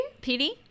Petey